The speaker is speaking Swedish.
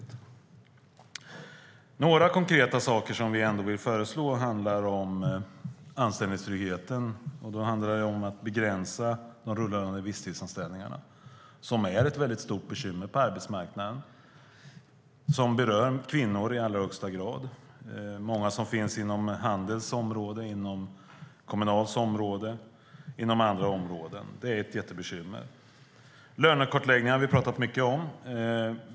Ett av några konkreta förslag gäller anställningstryggheten. Då handlar det om att begränsa de rullande visstidsanställningarna, som är ett jättebekymmer på marknaden och berör kvinnor i allra högsta grad. Många finns inom Handels område, Kommunals område och andra områden. Lönekartläggningarna har vi talat mycket om.